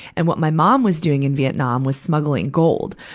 and what my mom was doing in vietnam was smuggling gold.